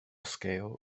scale